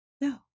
No